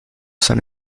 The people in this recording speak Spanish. san